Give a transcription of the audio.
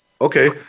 okay